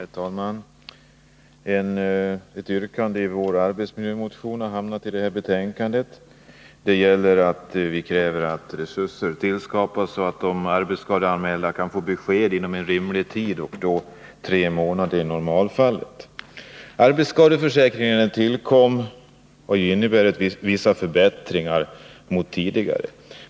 Herr talman! Ett yrkande som hör till vår arbetsmiljömotion behandlas i det här betänkandet. Det gäller vårt krav att resurser skall tillskapas så att arbetsskadeanmälda kan få besked inom rimlig tid, i normalfallet tre månader. Arbetsskadeförsäkringen innebar vissa förbättringar jämfört med tidigare.